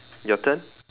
your turn